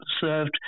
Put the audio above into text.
served